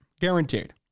Guaranteed